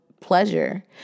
pleasure